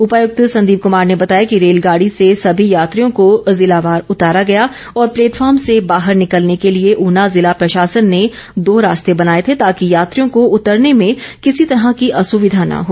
उपायुक्त संदीप कुमार ने बताया कि रेलगाड़ी से समी यात्रियों को जिला वार उतारा गया और प्लेटफॉर्म से बाहर निकलने के लिए उना जिला प्रशासन ने दो रास्ते बनाए थे ताकि यात्रियों को उतरने में किसी तरह की असुविधा न हो